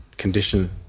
condition